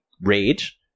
rage